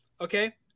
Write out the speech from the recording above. Okay